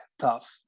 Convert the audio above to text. tough